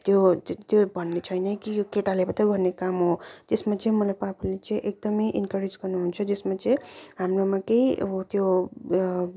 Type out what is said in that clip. त्यो त्यो भन्ने छैन कि यो केटाले मात्रै गर्ने काम हो त्यसमा चाहिँ मलाई पापाले एकदमै इनकरेज गर्नुहुन्छ जसमा चाहिँ हाम्रोमा केही हो त्यो